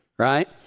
right